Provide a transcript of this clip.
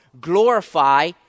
Glorify